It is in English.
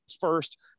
first